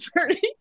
journey